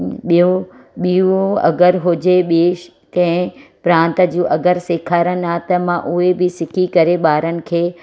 ॿियो ॿियो अगरि हुजे ॿिए कंहिं प्रांत जो अगरि सेखारनि आहे त मां उहे बि सिखी करे ॿारनि खे